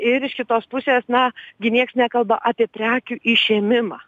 ir iš kitos pusės na gi nieks nekalba apie prekių išėmimą